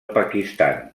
pakistan